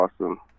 awesome